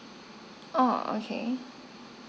oh okay